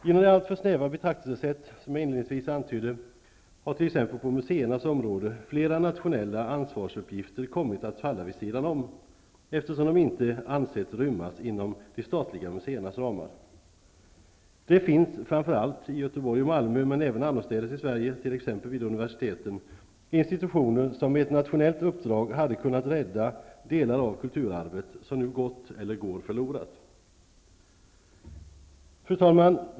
Genom det alltför snäva betraktelsesätt som jag inledningsvis antydde har t.ex. på museernas område flera nationella ansvarsuppgifter kommit att falla vid sidan om, eftersom de inte ansetts rymmas inom de statliga museernas ramar. Det finns, framför allt i Göteborg och Malmö, men även annorstädes i Sverige, t.ex. vid universiteten, institutioner som med ett nationellt uppdrag hade kunnat rädda delar av kulturarvet som nu går eller har gått förlorade. Fru talman!